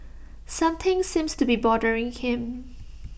something seems to be bothering him